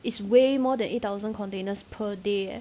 is way more than eight thousand containers per day